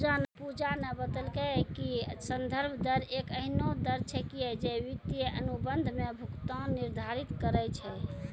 पूजा न बतेलकै कि संदर्भ दर एक एहनो दर छेकियै जे वित्तीय अनुबंध म भुगतान निर्धारित करय छै